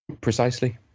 Precisely